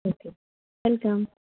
okay welcome